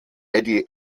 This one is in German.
eddie